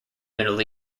middle